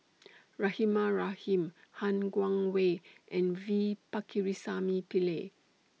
Rahimah Rahim Han Guangwei and V Pakirisamy Pillai